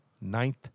ninth